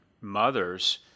mothers